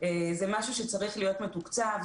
זה משהו שצריך להיות מתוקצב,